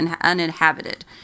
uninhabited